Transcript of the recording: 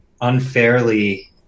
unfairly